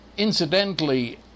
Incidentally